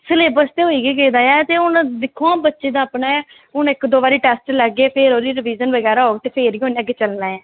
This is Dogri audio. सलेब्स ते होई गै गेदा ऐ ते दिक्खो आं हून बच्चे दा अपना ऐ हून इक्क दौ बारी टेस्ट लैगे ते रीविज़न होग ते फिर गै उन्ने अग्गें चलना ऐ